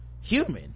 human